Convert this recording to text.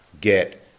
get